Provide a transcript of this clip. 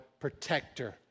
protector